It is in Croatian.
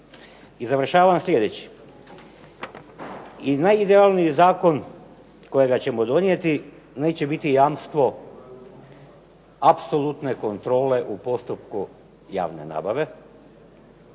I završavam sljedeće. I najidealniji zakon kojega ćemo donijeti, neće biti jamstvo apsolutne kontrole u postupku javne nabave,